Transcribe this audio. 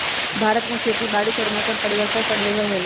भारत में खेती बारिश और मौसम परिवर्तन पर निर्भर होयला